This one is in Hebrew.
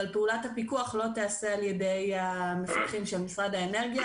אבל פעולת הפיקוח לא תיעשה על ידי המפקחים של משרד האנרגיה